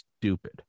stupid